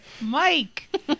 mike